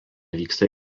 vyksta